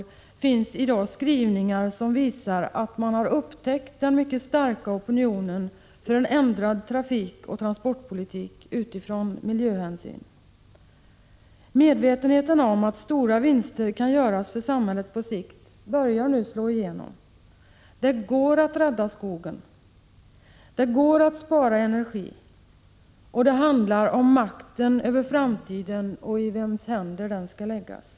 1986/87:7 finns i dag skrivningar som visar att man upptäckt den mycket starka 15 oktober 1986 opinionen för en av miljöhänsyn ändrad trafikoch transportpolitik. Medvetenheten om att stora vinster på sikt kan göras för samhället börjar nu slå igenom. Det går att rädda skogen, det går att spara energi — det handlar om makten över framtiden och i vems händer den skall läggas.